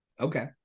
okay